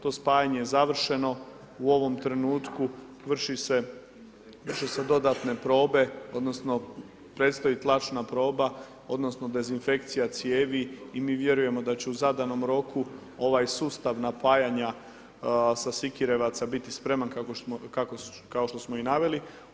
To spajanje je završeno, u ovom trenutku vrše se dodatne probe, odnosno predstoji tlačna proba, odnosno dezinfekcija cijevi i mi vjerujemo da će u zadanom roku ovaj sustav napajanja sa Sikirevaca biti kao što smo i naveli.